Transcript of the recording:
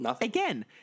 Again